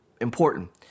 important